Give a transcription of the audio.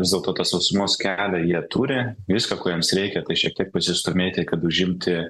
vis dėlto tą sausumos kelią jie turi viską ko jiems reikia šiek tiek pasistūmėti kad užimti